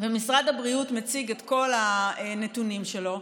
ומשרד הבריאות מציג את כל הנתונים שלו,